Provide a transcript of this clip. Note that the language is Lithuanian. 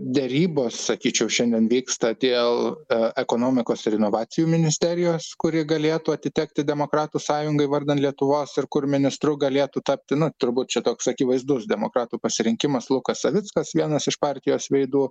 derybos sakyčiau šiandien vyksta dėl ekonomikos ir inovacijų ministerijos kuri galėtų atitekti demokratų sąjungai vardan lietuvos ir kur ministru galėtų tapti na turbūt čia toks akivaizdus demokratų pasirinkimas lukas savickas vienas iš partijos veidų